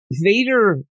Vader